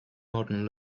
modern